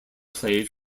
played